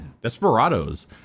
desperados